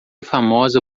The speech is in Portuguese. famosa